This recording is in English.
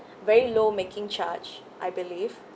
very low making charge I believe